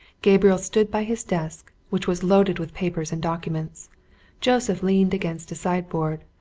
gabriel stood by his desk, which was loaded with papers and documents joseph leaned against a sideboard,